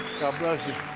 bless you.